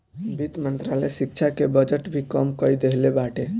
वित्त मंत्रालय शिक्षा के बजट भी कम कई देहले बाटे